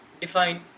Define